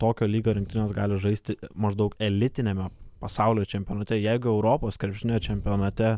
tokio lyg rinktines gali žaisti maždaug elitiniame pasaulio čempionate jeigu europos krepšinio čempionate